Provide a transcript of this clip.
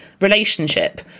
relationship